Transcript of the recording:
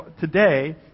today